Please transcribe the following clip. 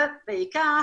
ובעיקר,